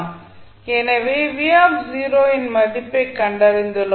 எனவே யின் மதிப்பைக் கண்டறிந்துள்ளோம்